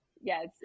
Yes